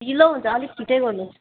ढिलो हुन्छ अलिक छिटै गर्नुहोस्